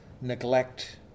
neglect